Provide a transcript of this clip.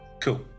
Cool